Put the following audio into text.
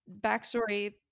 backstory